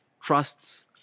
trusts